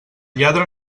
lladre